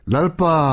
Lalpa